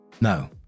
No